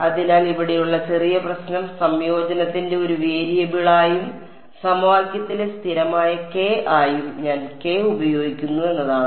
അതിനാൽ ഇവിടെയുള്ള ചെറിയ പ്രശ്നം സംയോജനത്തിന്റെ ഒരു വേരിയബിളായും സമവാക്യത്തിലെ സ്ഥിരമായ k ആയും ഞാൻ k ഉപയോഗിക്കുന്നു എന്നതാണ്